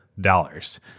dollars